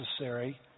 necessary